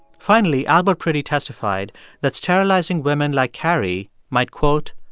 finally, albert priddy testified that sterilizing women like carrie might, quote,